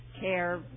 care